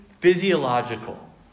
physiological